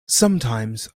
sometimes